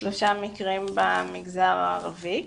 שלושה מקרים במגזר הערבי.